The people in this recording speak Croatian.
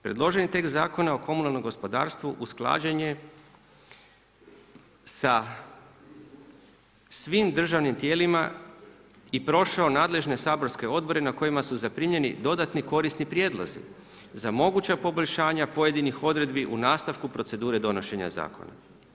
Predloženi tekst Zakona o komunalnom gospodarstvu usklađen je sa svim državnim tijelima i prošao nadležne saborske odbore na kojima su zaprimljeni dodatni korisni prijedlozi za moguća poboljšanja pojedinih odredbi u nastavku procedure donošenja zakona.